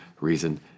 reason